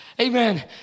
Amen